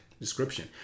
description